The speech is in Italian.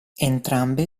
entrambe